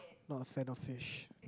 not a fan of fish